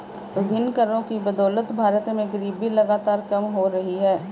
विभिन्न करों की बदौलत भारत में गरीबी लगातार कम हो रही है